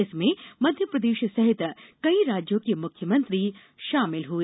इसमें मध्य प्रदेष सहित कई राज्यों के मुख्यमंत्री षामिल हुए